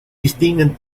distinguen